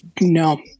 No